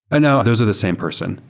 ah no. those are the same person.